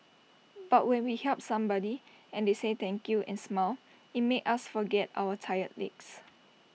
but when we helped somebody and they said thank you and smiled IT made us forget our tired legs